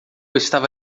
estava